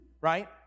right